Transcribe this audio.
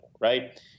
right